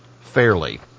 fairly